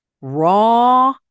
raw